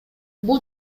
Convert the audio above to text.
бул